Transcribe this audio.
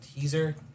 teaser